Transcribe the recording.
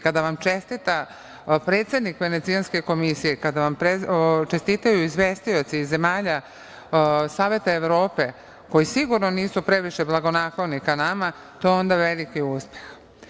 Kada vam čestita predsednik Venecijanske komisije, kada vam čestitaju izvestioci iz zemalja Saveta Evrope, koji sigurno nisu previše blagonakloni ka nama, to je onda veliki uspeh.